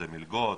זה מלגות?